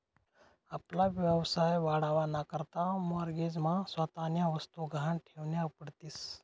आपला व्यवसाय वाढावा ना करता माॅरगेज मा स्वतःन्या वस्तु गहाण ठेवन्या पडतीस